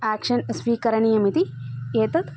action स्वीकरणीयमिति एतत्